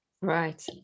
right